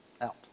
Out